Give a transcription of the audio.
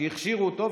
שהכשירו אותו,